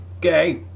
gay